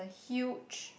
huge